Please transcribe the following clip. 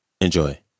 Enjoy